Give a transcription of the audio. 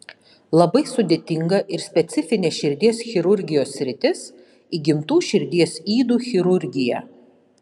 labai sudėtinga ir specifinė širdies chirurgijos sritis įgimtų širdies ydų chirurgija